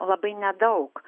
labai nedaug